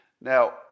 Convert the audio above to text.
Now